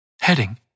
Heading